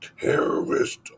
terrorist